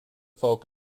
folk